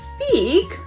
speak